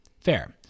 Fair